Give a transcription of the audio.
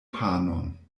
panon